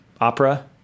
Opera